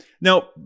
Now